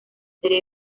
serie